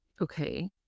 Okay